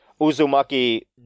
Uzumaki